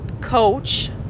coach